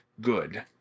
good